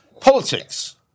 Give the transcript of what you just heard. politics